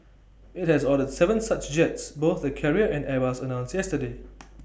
IT has ordered Seven such jets both the carrier and airbus announced yesterday